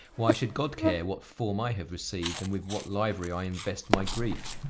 why should god care what form i have received and with what livery i invest my grief?